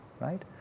right